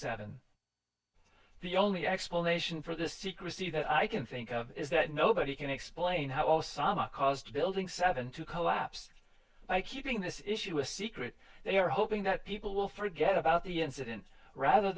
seven the only explanation for the secrecy that i can think of is that nobody can explain how all summer caused building seven to collapse by keeping this issue a secret they are hoping that people will forget about the incident rather